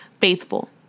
faithful